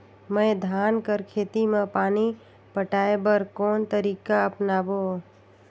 मैं धान कर खेती म पानी पटाय बर कोन तरीका अपनावो?